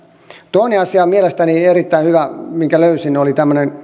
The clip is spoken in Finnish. toinen asia mielestäni erittäin hyvä minkä löysin oli